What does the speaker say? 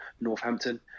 Northampton